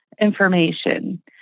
information